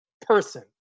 person